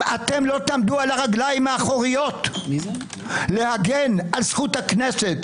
אם אתם לא תעמדו על הרגליים האחוריות להגן על זכות הכנסת,